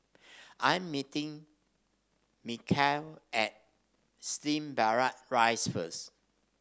I'm meeting Michaele at Slim Barrack Rise first